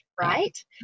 right